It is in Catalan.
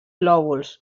lòbuls